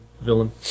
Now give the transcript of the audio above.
villain